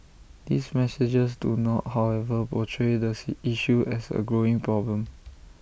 these messages do not however portray the issue as A growing problem